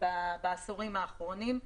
בעשורים האחרונים.